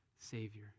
Savior